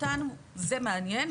אותנו זה מעניין.